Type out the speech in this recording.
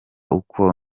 uko